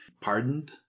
pardoned